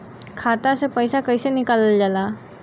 खाता से पैसा कइसे निकालल जाला?